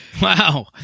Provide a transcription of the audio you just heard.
Wow